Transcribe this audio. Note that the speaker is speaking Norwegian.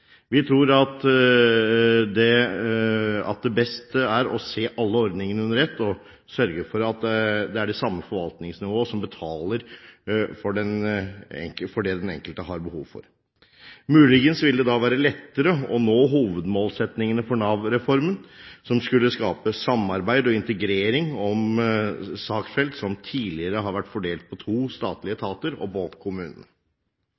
Vi tror det beste er å se alle ordningene under ett og sørge for at det er det samme forvaltningsnivået som betaler for det den enkelte har behov for. Muligens ville det da være lettere å nå hovedmålsettingene for Nav-reformen, som skulle skape samarbeid og integrering om saksfelt som tidligere har vært fordelt på to statlige